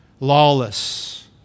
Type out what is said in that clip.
Lawless